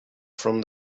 from